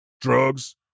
drugs